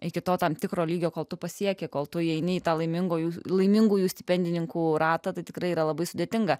iki to tam tikro lygio kol tu pasiekė kol tu įeini į tą laimingųjų laimingųjų stipendininkų ratą tai tikrai yra labai sudėtinga